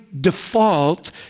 default